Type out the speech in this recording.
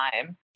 time